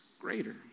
greater